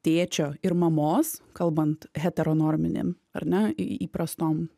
tėčio ir mamos kalbant heteronominėm ar ne įprastom